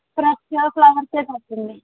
ఫ్రెష్గా ఫ్లవర్సే పంపండి